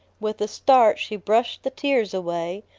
with a start she brushed the tears away,